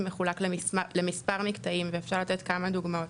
מחולק למספר מקטעים ואפשר לתת כמה דוגמאות.